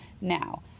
Now